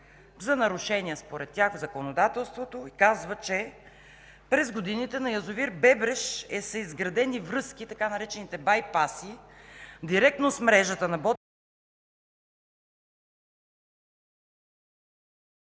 за нарушения в законодателството и казва, че: „През годините на язовир „Бебреш” са изградени връзки, така наречените байпаси директно към мрежата на